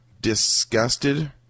disgusted